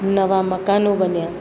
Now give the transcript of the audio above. નવા મકાનો બન્યા